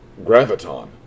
Graviton